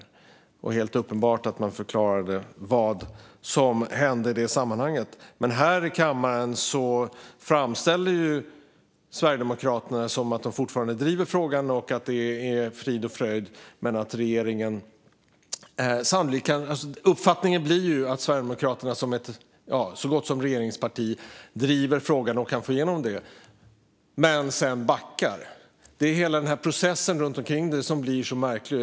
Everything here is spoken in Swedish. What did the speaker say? Det var helt uppenbart att man förklarade vad som hände i det sammanhanget. Här i kammaren framställer Sverigedemokraterna det som att de fortfarande driver frågan och att det är frid och fröjd. Uppfattningen blir att Sverigedemokraterna, som är så gott som ett regeringsparti, driver frågan och kan få igenom den. Men sedan backar. Det är hela processen runt omkring som blir så märklig.